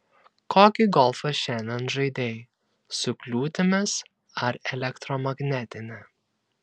kokį golfą šiandien žaidei su kliūtimis ar elektromagnetinį